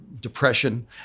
depression